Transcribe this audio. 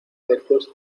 después